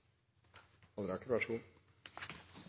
av gode